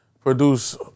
produce